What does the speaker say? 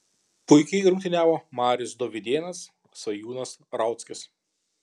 puikiai rungtyniavo marius dovydėnas svajūnas rauckis